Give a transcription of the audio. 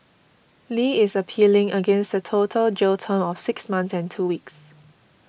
Li is appealing against the total jail term of six months and two weeks